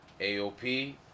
AOP